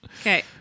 Okay